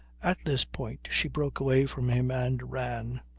at this point she broke away from him and ran.